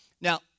Now